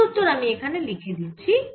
এর উত্তর আমি এখানে লিখে দিচ্ছি